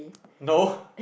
no